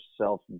self